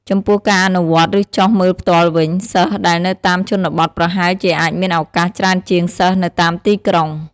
ចំពោះការអនុវត្ត ឬចុះមើលផ្ទាល់វិញ សិស្សដែលនៅតាមជនបទប្រហែលជាអាចមានឱកាសច្រើនជាងសិស្សនៅតាមទីក្រុង។